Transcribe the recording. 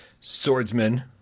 Swordsman